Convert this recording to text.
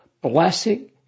blessing